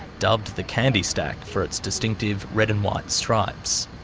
dubbed the candy stack for its distinctive red and white stripes.